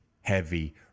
heavy